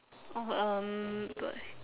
oh um but